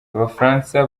abafaransa